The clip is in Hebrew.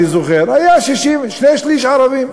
אני זוכר, היה שני-שלישים ערבים.